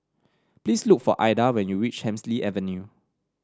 please look for Aida when you reach Hemsley Avenue